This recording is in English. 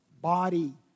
body